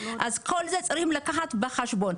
אז את כל זה צריכים לקחת בחשבון.